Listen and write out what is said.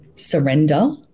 surrender